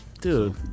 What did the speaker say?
Dude